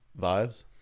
vibes